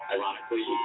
Ironically